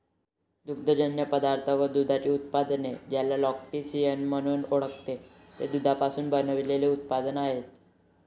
दुग्धजन्य पदार्थ व दुधाची उत्पादने, ज्याला लॅक्टिसिनिया म्हणून ओळखते, ते दुधापासून बनविलेले उत्पादने आहेत